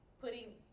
putting